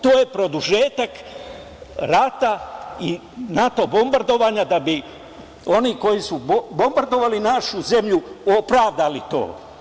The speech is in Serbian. To je produžetak rata i NATO bombardovanja da bi oni koji su bombardovali našu zemlju opravdali to.